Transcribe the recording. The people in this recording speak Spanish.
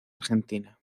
argentina